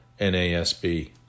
NASB